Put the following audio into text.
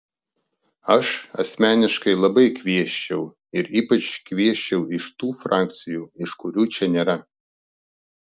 aš asmeniškai labai kviesčiau ir ypač kviesčiau iš tų frakcijų iš kurių čia nėra